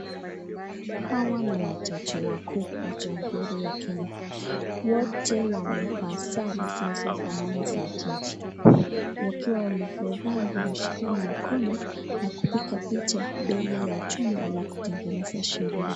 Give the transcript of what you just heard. Hawa ni wajaji wakuu wa jamhuri ya kenya, wote wamevaa sare zilizo fanana za jaji, wakiwa wamefurahi wameshikana mkono na kupiga picha mbele ya chumba ya kutengeneza sheria.